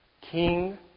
king